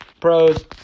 pros